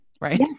right